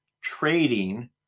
trading